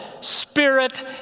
Spirit